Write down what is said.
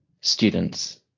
students